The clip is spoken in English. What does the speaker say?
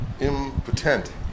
Impotent